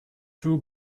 two